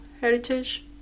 heritage